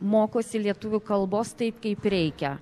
mokosi lietuvių kalbos taip kaip reikia